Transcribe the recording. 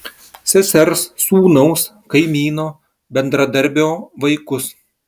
sesers sūnaus kaimyno bendradarbio vaikus